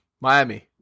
Miami